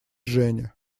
женя